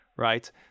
Right